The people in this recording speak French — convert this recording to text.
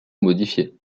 modifiées